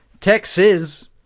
Texas